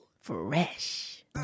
Fresh